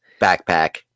backpack